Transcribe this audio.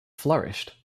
flourished